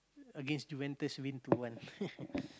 against Juventus win two one